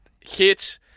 hit